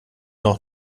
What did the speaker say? noch